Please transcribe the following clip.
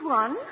one